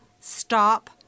Stop